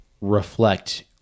reflect